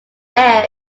air